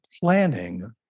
planning